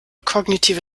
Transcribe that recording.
kognitive